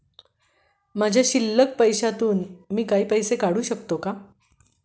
माझ्या शिल्लक बॅलन्स मधून मी काही पैसे काढू शकतो का?